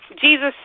Jesus